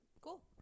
Cool